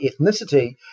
ethnicity